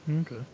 Okay